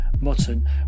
mutton